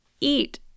eat